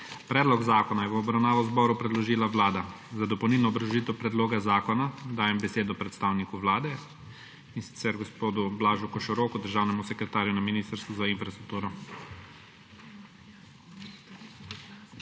Predlog zakona je v obravnavo Državnemu zboru predložila Vlada. Za dopolnilno obrazložitev predloga zakona dajem besedo predstavniku Vlade, in sicer gospodu Blažu Košoroku, državnemu sekretarju na Ministrstvu za infrastrukturo.